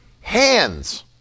hands